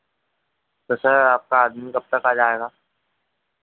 तो सर आपका आदमी कब तक आ जाएगा